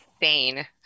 insane